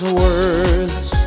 words